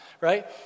right